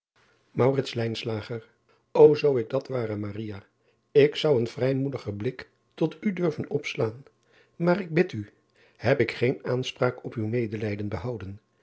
o oo ik dat ware k zou een vrijmoediger blik tot u durven opslaan aar ik bid u eb ik geen aanspraak op uw medelijden behouden